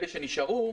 אלה שנשארו,